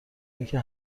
اینکه